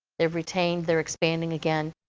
their retained, they're expanding again.